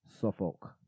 Suffolk